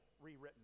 rewritten